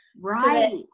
Right